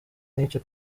nk’icyo